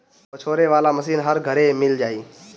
पछोरे वाला मशीन हर घरे मिल जाई